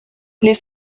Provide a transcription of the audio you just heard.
les